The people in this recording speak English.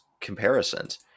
comparisons